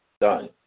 Done